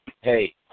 Hey